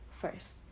first